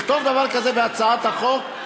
לכתוב דבר כזה בהצעת החוק?